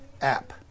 app